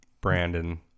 Brandon